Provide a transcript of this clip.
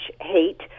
hate